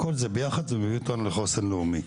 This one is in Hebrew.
כל זה יחד מביא אותנו לחוסן לאומי.